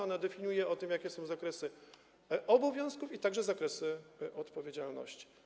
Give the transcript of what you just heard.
Ona definiuje to, jakie są zakresy obowiązków, a także zakresy odpowiedzialności.